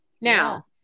Now